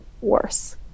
worse